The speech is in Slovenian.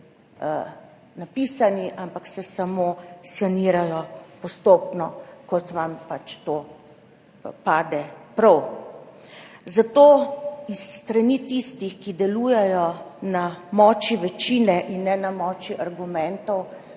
napisani, ampak se samo sanirajo postopno, kot vam to pride prav. Zato s strani tistih, ki delujejo na moči večine in ne na moči argumentov,